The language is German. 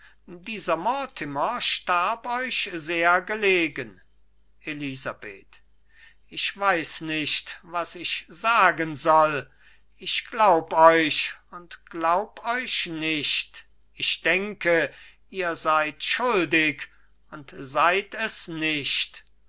dieser mortimer starb euch sehr gelegen elisabeth ich weiß nicht was ich sagen soll ich glaub euch und glaub euch nicht ich denke ihr seid schuldig und seid es nicht